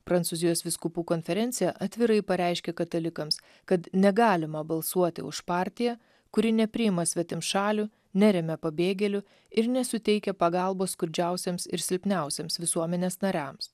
prancūzijos vyskupų konferencija atvirai pareiškė katalikams kad negalima balsuoti už partiją kuri nepriima svetimšalių neremia pabėgėlių ir nesuteikia pagalbos skurdžiausiems ir silpniausiems visuomenės nariams